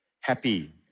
happy